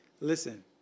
Listen